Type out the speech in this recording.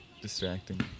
distracting